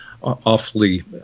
awfully